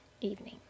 evening